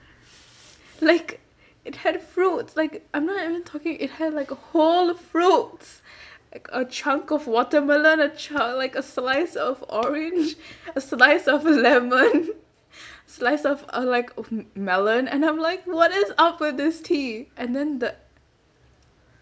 like it had fruits like I'm not even talking it had like a whole fruits like a chunk of watermelon a ch~ like a slice of orange a slice of lemon slice of a like melon and I'm like what is up with this tea and then the